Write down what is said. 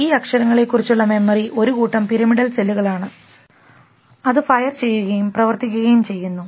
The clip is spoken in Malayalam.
ഈ അക്ഷരങ്ങളെകുറിച്ചുള്ള മെമ്മറി ഒരു കൂട്ടം പിരമിഡിൽ സെല്ലുകളാണ് അത് ഫയർ ചെയ്യുകയും പ്രവർത്തിക്കുകയും ചെയ്യുന്നു